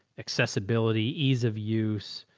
accessibility, ease of use.